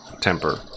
temper